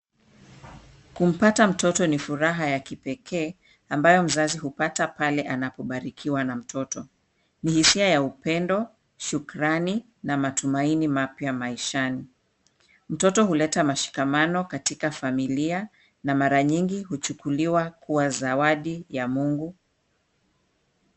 Kumpata mtoto ni furaha ya kipekee, ambayo mzazi hupata pale anapobarikiwa na mtoto. Ni hisia ya upendo, shukrani, na matumaini mapya maishani. Mtoto huleta mashikamano katika familia, na mara nyingi huchukuliwa kuwa zawadi ya Mungu.